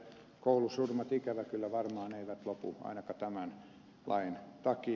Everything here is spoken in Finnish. koulusurmat ikävä kyllä varmaan eivät lopu ainakaan tämän lain takia